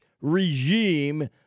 regime